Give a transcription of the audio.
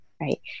right